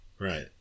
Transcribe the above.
right